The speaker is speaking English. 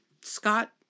Scott